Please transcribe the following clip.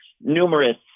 numerous